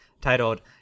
titled